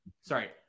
sorry